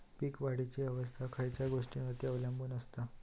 पीक वाढीची अवस्था खयच्या गोष्टींवर अवलंबून असता?